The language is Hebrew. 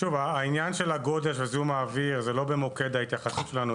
העניין של הגודש וזיהום האוויר זה לא במוקד ההתייחסות שלנו.